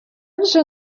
вже